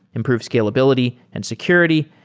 improve scalability and security,